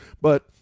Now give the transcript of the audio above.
but-